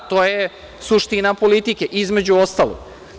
To je suština politike, između ostalog.